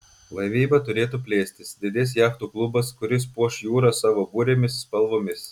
laivyba turėtų plėstis didės jachtų klubas kuris puoš jūrą savo burėmis spalvomis